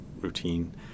routine